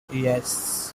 yes